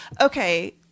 okay